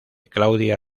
claudia